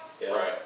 Right